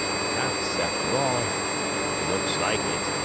perhaps, after all looks like it,